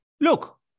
look